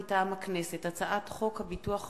מטעם הכנסת: הצעת חוק ביטוח